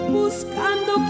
buscando